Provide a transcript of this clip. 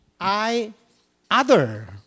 I-other